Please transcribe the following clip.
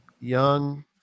young